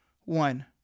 one